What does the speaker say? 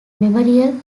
memorial